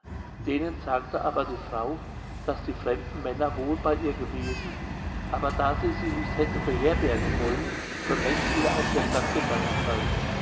denen sagte aber die frau daß die fremden männer wohl bei ihr gewesen aber da sie sie nicht hätte herbergen wollen schon längst wieder aus der stadt gegangen seien